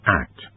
act